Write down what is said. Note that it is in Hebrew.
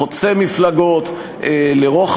מפורש לכל תביעותיהם לאורך